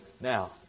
Now